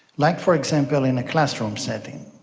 like for example in a classroom setting.